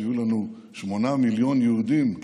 כשיהיו לנו שמונה מיליון יהודים,